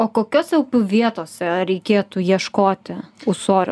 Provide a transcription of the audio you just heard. o kokiose jau vietose reikėtų ieškoti ūsorių